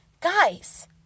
Guys